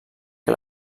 que